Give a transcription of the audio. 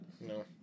No